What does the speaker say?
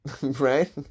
right